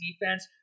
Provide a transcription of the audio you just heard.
defense